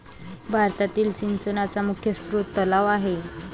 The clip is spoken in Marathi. भारतातील सिंचनाचा मुख्य स्रोत तलाव आहे